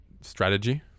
strategy